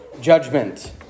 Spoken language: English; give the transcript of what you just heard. judgment